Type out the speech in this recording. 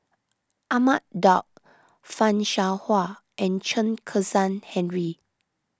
Ahmad Daud Fan Shao Hua and Chen Kezhan Henri